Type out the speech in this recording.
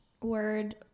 word